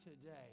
today